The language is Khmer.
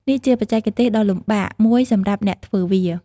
នេះជាបច្ចេកទេសដ៏លំបាកមួយសម្រាប់អ្នកធ្វើវា។